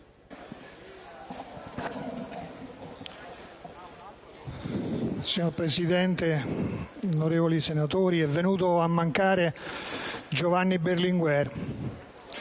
Signor Presidente, onorevoli senatori, è venuto a mancare Giovanni Berlinguer,